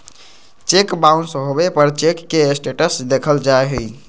cheque bounce होबे पर cheque के स्टेटस देखल जा हइ